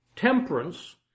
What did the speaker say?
temperance